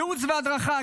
ייעוץ והדרכה,